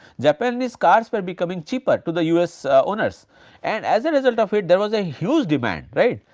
japanese cars were becoming cheaper to the us owners and as a result of it there was a huge demand right.